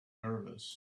nervous